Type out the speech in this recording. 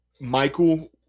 Michael